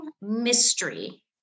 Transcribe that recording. mystery